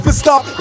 stop